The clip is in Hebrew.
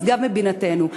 נשגב מבינתנו.